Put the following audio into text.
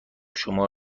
شما